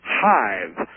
hive